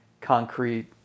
concrete